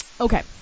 okay